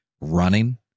running